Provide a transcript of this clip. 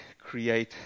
Create